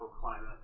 climate